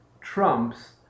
trumps